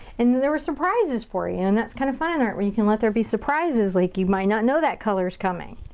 and and there were surprises for you, and that's kinda fun in art, where you can let there be surprises, like you might not know that color's coming.